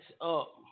up